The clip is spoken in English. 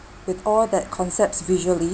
with all that concepts visually